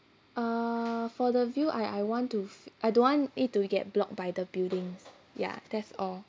uh for the view I I want to I don't want it to get blocked by the buildings ya that's all